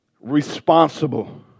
responsible